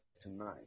tonight